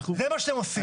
זה מה שאתם עושים.